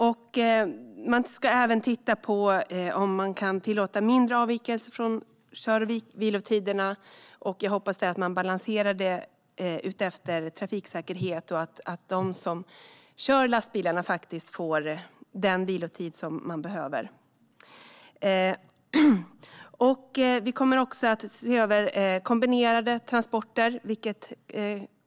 Man ska även titta på om man kan tillåta mindre avvikelser från kör och vilotiderna, och jag hoppas att man balanserar detta utifrån trafiksäkerhet och att de som kör lastbilarna faktiskt får den vilotid de behöver. Vi kommer också att se över kombinerade transporter.